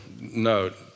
note